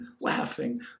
laughing